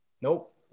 Nope